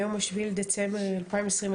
היום ה-7 לדצמבר 2021,